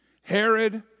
Herod